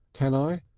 can i?